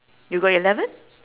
you got eleven